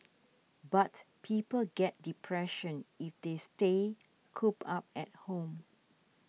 but people get depression if they stay cooped up at home